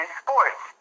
sports